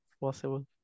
possible